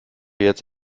jetzt